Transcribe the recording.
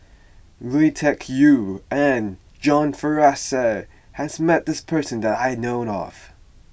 Lui Tuck Yew and John Fraser has met this person that I know of